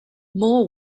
more